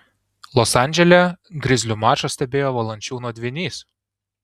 los andžele grizlių mačą stebėjo valančiūno dvynys